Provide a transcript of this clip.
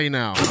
now